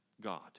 God